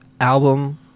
album